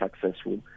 successful